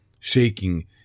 Shaking